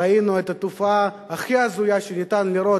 ראינו את התופעה הכי הזויה שאפשר לראות